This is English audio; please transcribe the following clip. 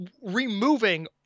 removing